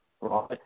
right